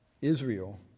Israel